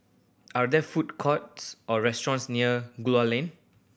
are there food courts or restaurants near Gul Lane